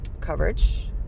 coverage